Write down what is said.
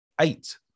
eight